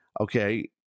okay